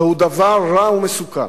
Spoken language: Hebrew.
זה דבר רע ומסוכן.